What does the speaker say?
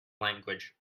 language